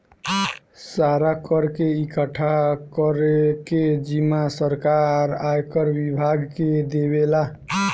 सारा कर के इकठ्ठा करे के जिम्मा सरकार आयकर विभाग के देवेला